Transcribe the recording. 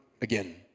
again